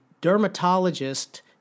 dermatologist